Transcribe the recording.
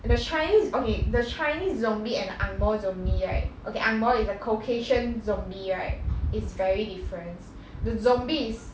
the chinese okay the chinese zombie and the angmoh zombie right okay angmoh is the caucasian zombie right is very different the zombie is